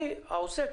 אני העוסק,